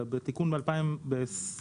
זה בתיקון מ-2021.